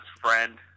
friend